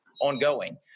ongoing